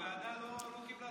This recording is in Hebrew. הוועדה לא קיבלה.